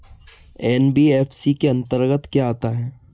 NBFC के अंतर्गत क्या आता है?